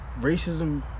racism